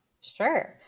Sure